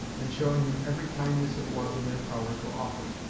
and showing him every kindness it was in their power to offer.